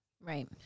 Right